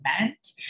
meant